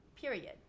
period